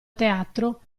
teatro